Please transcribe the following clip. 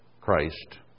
Christ